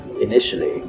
initially